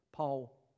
Paul